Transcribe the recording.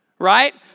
Right